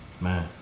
Man